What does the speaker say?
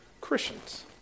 Christians